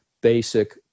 basic